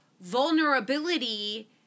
vulnerability